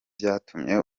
vyatumye